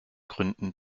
gründen